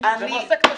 זה מרסק את השוק.